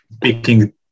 picking